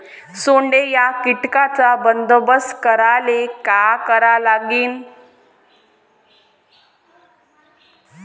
सोंडे या कीटकांचा बंदोबस्त करायले का करावं लागीन?